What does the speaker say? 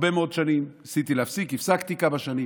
הרבה מאוד שנים ניסיתי להפסיק, הפסקתי לכמה שנים.